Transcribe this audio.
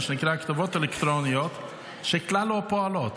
מה שנקרא כתובות אלקטרוניות שכלל לא פועלות.